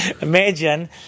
Imagine